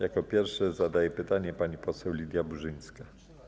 Jako pierwsza zadaje pytanie pani poseł Lidia Burzyńska.